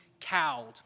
cowed